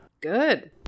Good